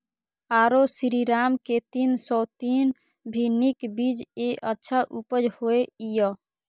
आरो श्रीराम के तीन सौ तीन भी नीक बीज ये अच्छा उपज होय इय?